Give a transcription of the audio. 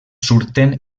surten